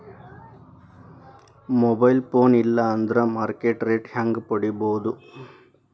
Mobile phone ಇಲ್ಲಾ ಅಂದ್ರ market rate ಹೆಂಗ್ ಪಡಿಬೋದು?